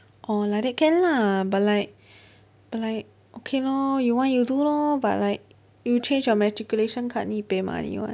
orh like then can lah but like but like okay lor you want you do lor but like you change your matriculation card need pay money [one]